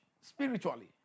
spiritually